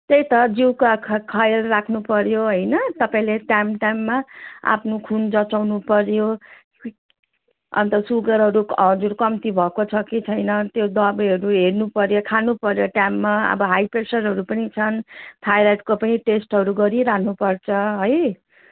त्यही त जिउको ख ख्याल राख्नुपऱ्यो होइन तपाईँले टाइम टाइममा आफ्नो खुन जँचाउनुपऱ्यो अनि त सुगरहरू हजुर कम्ती भएको छ कि छैन त्यो दबाईहरू हेर्नुपऱ्यो खानुपऱ्यो टाइममा अब हाई प्रेसरहरू पनि छन् थाइरोइडको पनि टेस्टहरू गरिाख्नुपर्छ है